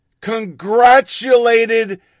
Congratulated